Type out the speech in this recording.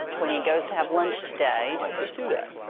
when he goes to have lunch today, i just do that.